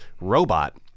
robot